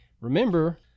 Remember